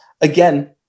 again